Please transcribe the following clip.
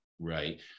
right